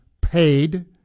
paid